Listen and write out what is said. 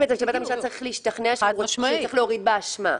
משום שבית המשפט צריך להשתכנע שהוא צריך להוריד באשמה.